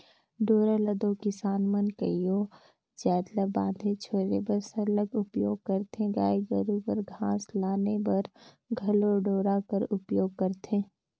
डोरा ल दो किसान मन कइयो जाएत ल बांधे छोरे बर सरलग उपियोग करथे गाय गरू बर घास लाने बर घलो डोरा कर उपियोग करथे